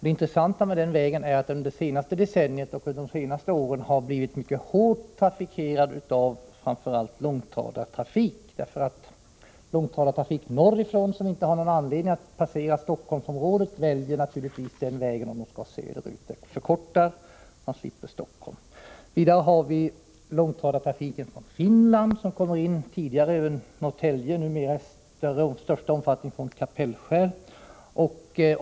Det intressanta med den vägen är att den under det senaste decenniet — och under de senaste åren — har blivit mycket hårt trafikerad av framför allt långtradare. Långtradartrafik norrifrån, som inte har någon anledning att passera Stockholmsområdet, väljer naturligtvis den vägen om man skall söderut. Det förkortar resan, och man slipper Stockholm. Vidare har vi långtradartrafiken från Finland, som tidigare kom in över Norrtälje och numera i sin största omfattning kommer från Kapellskär.